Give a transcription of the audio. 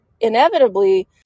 inevitably